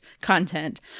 content